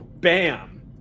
bam